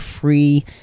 free